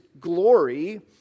glory